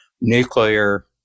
nuclear